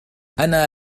أنا